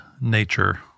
nature